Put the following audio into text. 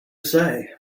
say